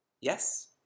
Yes